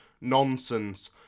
nonsense